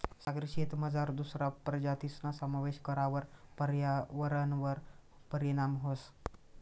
सागरी शेतीमझार दुसरा प्रजातीसना समावेश करावर पर्यावरणवर परीणाम व्हस